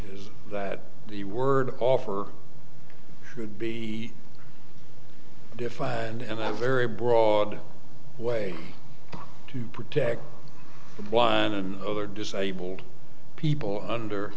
is that the word offer should be defined and i very broad way to protect the blind and other disabled people under